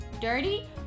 dirty